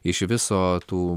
iš viso tų